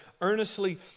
earnestly